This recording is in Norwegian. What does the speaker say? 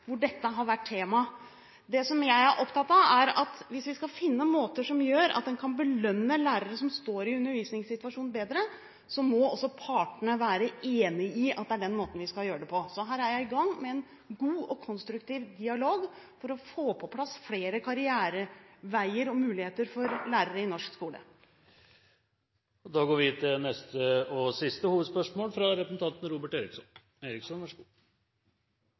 hvor dette har vært tema. Det jeg er opptatt av, er at hvis vi skal finne måter som gjør at en kan belønne lærere som står i undervisningssituasjonen, bedre, må også partene være enig i at det er den måten vi skal gjøre det på. Her er jeg i gang med en god og konstruktiv dialog for å få på plass flere karriereveier og muligheter for lærere i norsk skole. Da går vi til neste og siste hovedspørsmål.